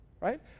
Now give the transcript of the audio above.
right